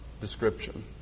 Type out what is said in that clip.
description